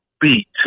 beat